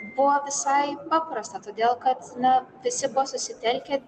buvo visai paprasta todėl kad na visi buvo susitelkę